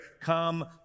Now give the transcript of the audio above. come